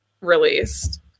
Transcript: released